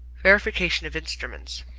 verification of instruments